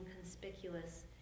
conspicuous